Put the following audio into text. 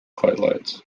highlights